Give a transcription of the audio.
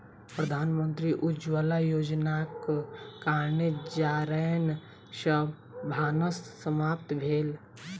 प्रधानमंत्री उज्ज्वला योजनाक कारणेँ जारैन सॅ भानस समाप्त भेल